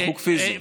ריחוק פיזי.